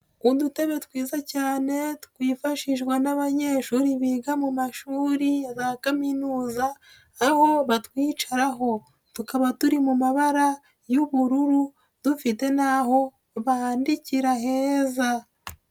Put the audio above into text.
Udutebe twiza cyane twifashishwa n'abanyeshuri biga mu mashuri ba kaminuza, aho batwicaraho tukaba turi mu mabara y'ubururu dufite n'aho bandikira heza.